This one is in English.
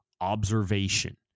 observation